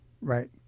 Right